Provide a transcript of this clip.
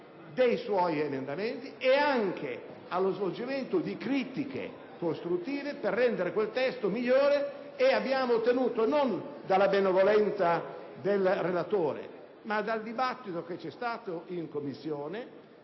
del relatore ed anche allo svolgimento di critiche costruttive per rendere quel testo migliore. Abbiamo quindi ottenuto - non dalla benevolenza del relatore, ma dal dibattito che c'è stato in Commissione